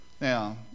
Now